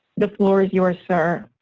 the floor is yours, sir.